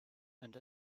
and